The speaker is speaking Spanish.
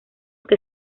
que